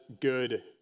good